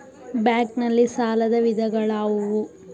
Bank ನಲ್ಲಿ ಸಾಲದ ವಿಧಗಳಾವುವು?